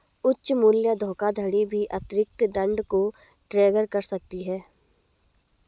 उच्च मूल्य धोखाधड़ी भी अतिरिक्त दंड को ट्रिगर कर सकती है